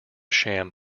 sham